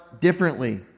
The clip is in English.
differently